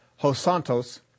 hosantos